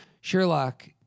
Sherlock